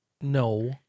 No